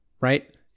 right